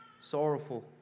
sorrowful